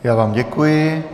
Já vám děkuji.